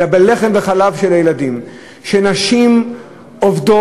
אלא בלחם וחלב של הילדים: נשים עובדות